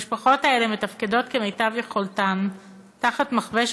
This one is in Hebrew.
המשפחות האלה מתפקדות כמיטב יכולתן תחת מכבש